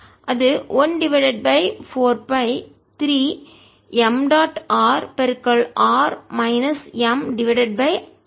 அது 1 divided by 4 by 3 m dot r r minus m divided by r 3 ஆகும்